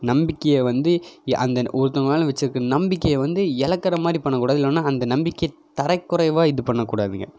நம்பிக்கையை வந்து ஏ அந்த ஒருத்தவங்க மேலே வெச்சுருக்க நம்பிக்கையை வந்து எழக்கற மாதிரி பண்ணக்கூடாது இல்லைன்னா அந்த நம்பிக்கையை தரைக்குறைவாக இது பண்ணக்கூடாதுங்க